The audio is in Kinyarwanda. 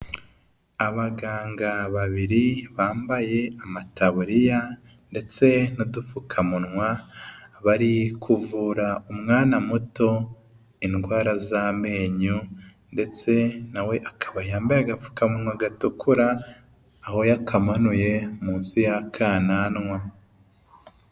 Abaganga babiri bambaye amataburiya ndetse n'udupfukamunwa bari kuvura umwana muto indwara z'amenyo ndetse nawe akaba yambaye agapfukawa gatukura, aho yakamanuye munsi y'akananwa.